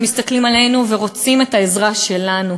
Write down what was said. הם מסתכלים עלינו ורוצים את העזרה שלנו,